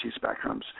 spectrums